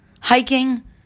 Hiking